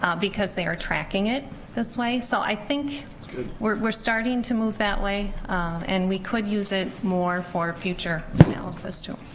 ah because they are tracking it this way. so i think we're starting to move that way and we could use it more for future analysis too.